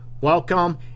welcome